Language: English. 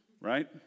right